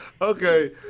Okay